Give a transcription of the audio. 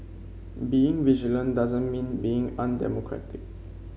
being vigilant doesn't mean being undemocratic